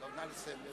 נא לסיים.